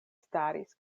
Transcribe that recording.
staris